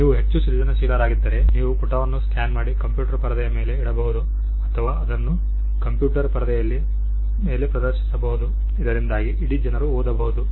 ನೀವು ಹೆಚ್ಚು ಸೃಜನಶೀಲರಾಗಿದ್ದರೆ ನೀವು ಪುಟವನ್ನು ಸ್ಕ್ಯಾನ್ ಮಾಡಿ ಕಂಪ್ಯೂಟರ್ ಪರದೆಯ ಮೇಲೆ ಇಡಬಹುದು ಅಥವಾ ಅದನ್ನು ಕಂಪ್ಯೂಟರ್ ಪರದೆಯಲ್ಲಿ ಮೇಲೆ ಪ್ರದರ್ಶಿಸಬಹುದು ಇದರಿಂದಾಗಿ ಇಡೀ ಜನರು ಓದಬಹುದು